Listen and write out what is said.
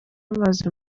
amazi